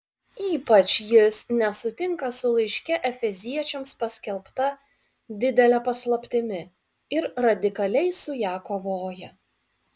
ypač jis nesutinka su laiške efeziečiams paskelbta didele paslaptimi ir radikaliai su ja kovoja